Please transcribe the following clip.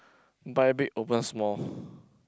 buy big open small